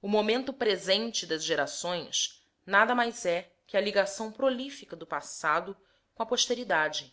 o momento presente das gerações nada mais é que a ligação prolífica do passado com a posteridade